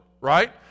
right